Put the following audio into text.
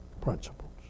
principles